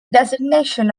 designation